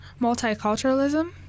multiculturalism